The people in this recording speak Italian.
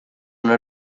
una